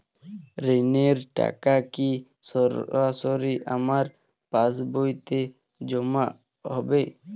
ঋণের টাকা কি সরাসরি আমার পাসবইতে জমা হবে?